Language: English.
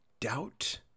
Doubt